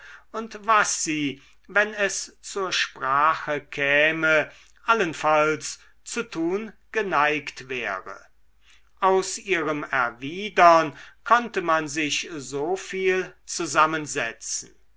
und was sie wenn es zur sprache käme allenfalls zu tun geneigt wäre aus ihrem erwidern konnte man sich so viel zusammensetzen